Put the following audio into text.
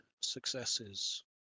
Successes